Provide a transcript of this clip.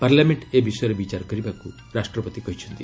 parliament ଏ ବିଷୟରେ ବିଚାର କରିବାକୁ ରାଷ୍ଟ୍ରପତି କହିଛନ୍ତି